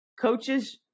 Coaches